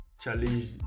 challenge